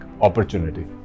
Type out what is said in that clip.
opportunity